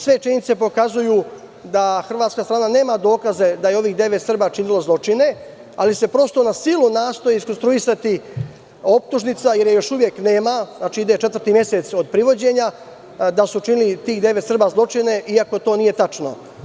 Sve činjenice pokazuju da hrvatska strana nema dokaze da je ovih devet Srba činilo zločine, ali se prosto na silu nastoji iskonstruisati optužnica, jer je još uvek nema, znači ide četvrti mesec od privođenja, da su činili zločine, iako to nije tačno.